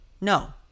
No